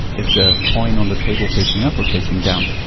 is the coin on the table facing up or facing down?